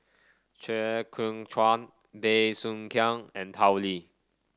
Chew Kheng Chuan Bey Soo Khiang and Tao Li